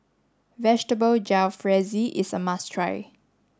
Vegetable Jalfrezi is a must try